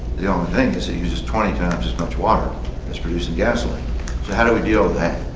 the only thing is it uses twenty times as much water as producing gasoline. so how do we deal with that?